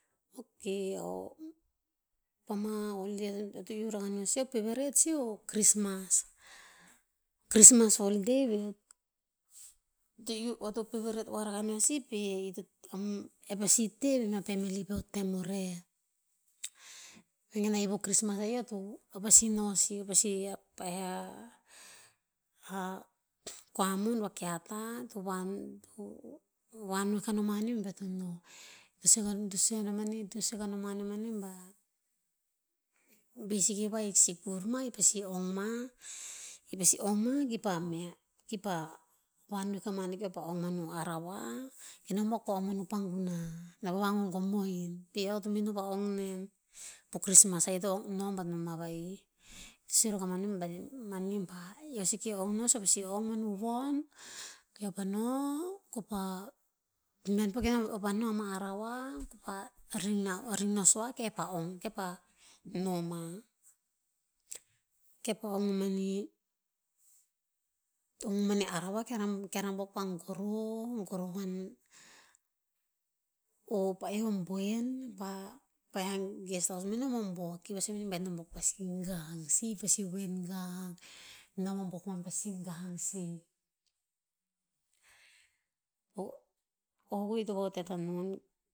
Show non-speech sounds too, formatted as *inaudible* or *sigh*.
Ok, *hesitation* pama holiday eo to'eo to iuh rakah no sih o favourite sih, o krismas, krismas holiday veh. To iuh, eo to favourite oah no ya sih pe *hesitation* e pasi teh veh mea pamili pe o tem o reh. Vegen a i po krismas a i eo to, eo pasi noh sih. Eo pasi *hesitation* kua mon va kieta to *hesitation* vanoeh kama neo be eo to no. *unintelligible* to sue kah no ma neo mani bah, bi seke vahik sikur ma, i pasi ong ma'i pasi ong ma ki pah mea, i pah vanoeh kama neo kopah ong manuh arawa, ke nom abuok pah ong manuh panguna. Noh pah vagogom mohin. Pe eo to meh no pah ong nen. Po krismas a i to ong, no bat no ma vaih. To sue ro kama neo *unintelligible* mani ba, eo seke ong nos, eo pasi ong manuh von, keo pah noh, ko pah *unintelligible* eo pa noh ama arawa ko pa ring mah, ring nos oah. Ke pah ong'ke pah noma. Ke pah ong mah manih'ong mah manih arawa, kear a kear abuok pah goroh, goroh wan, o paeoh o boen pah paeh a guest house *unintelligible* ki pah sue a mani ba, nom abuok pasi gang sih. I pasi voen gang. Nom abuok koman pasi gang sih. *noise* o, o koheh i to vahutet anon.